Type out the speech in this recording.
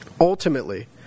Ultimately